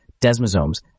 desmosomes